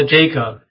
Jacob